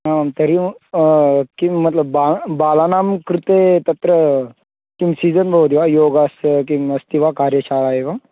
आं तर्हि किं मत्लब् बा बालानां कृते तत्र किं सीज़न् भवति वा योगस्य किम् अस्ति वा कार्यशाला एव